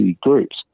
groups